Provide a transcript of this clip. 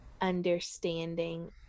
understanding